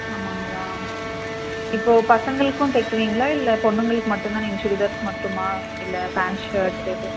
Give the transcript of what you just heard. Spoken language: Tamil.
ஆமாங்களா இப்போது பசங்களுக்கும் தைக்குவிங்களா இல்லை பொண்ணுங்களுக்கு மட்டுந்தான் நீங்கள் சுடிதார்ஸ் மட்டுமா இல்லலை பேண்ட் ஷேர்ட்டு